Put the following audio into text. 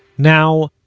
now,